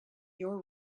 your